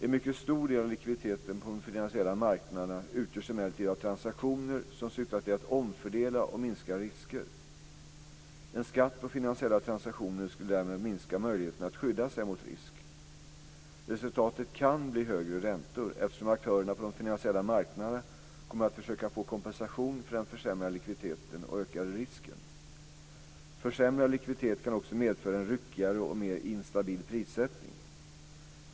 En mycket stor del av likviditeten på de finansiella marknaderna utgörs emellertid av transaktioner som syftar till att omfördela och minska risker. En skatt på finansiella transaktioner skulle därmed minska möjligheten att skydda sig mot risk. Resultatet kan bli högre räntor, eftersom aktörerna på de finansiella marknaderna kommer att försöka få kompensation för den försämrade likviditeten och ökade risken. Försämrad likviditet kan också medföra en ryckigare och mer instabil prissättning.